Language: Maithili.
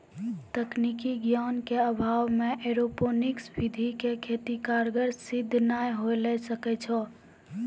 तकनीकी ज्ञान के अभाव मॅ एरोपोनिक्स विधि के खेती कारगर सिद्ध नाय होय ल सकै छो